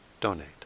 donate